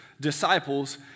disciples